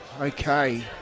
okay